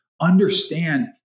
understand